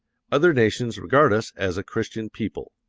other nations regard us as a christian people.